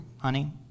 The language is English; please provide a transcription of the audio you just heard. honey